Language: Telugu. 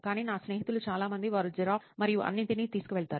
కానీ నా స్నేహితులు చాలా మంది వారు జిరాక్స్ మరియు అన్నింటినీ తీసుకువెళతారు